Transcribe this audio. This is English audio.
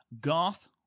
Garth